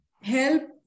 help